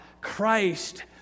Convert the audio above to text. Christ